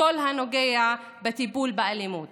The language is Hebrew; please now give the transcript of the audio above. בכל הנוגע לטיפול באלימות